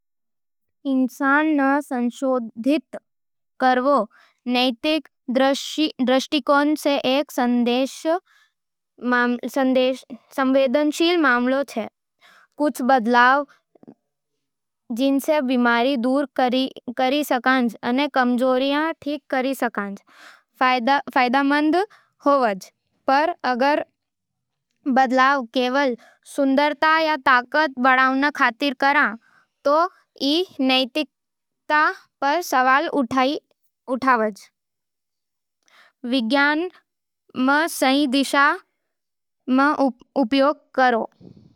इंसान ने संशोधित करबो नैतिक दृष्टिकोण सै एक संवेदनशील मामला है। कुछ बदलाव, जइसे बीमारी दूर करबा अने कमजोरियां ठीक करबा में, फायदेमंद होवाज। पर अगर बदलाव केवल सुंदरता या ताकत बढ़ावे खातर होवै, तो ई नैतिकता पर सवाल उठावै। विज्ञान ने सही दिशा में उपयोग।